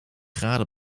graden